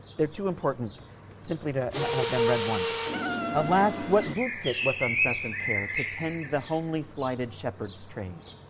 they're too important simply to have been read once alas! what boots it with uncessant care to tend the homely slighted shepherd's trade,